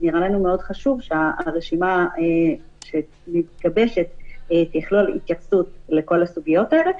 נראה לנו מאוד חשוב שהרשימה שמתגבשת תכלול התייחסות לכל הסוגיות האלה.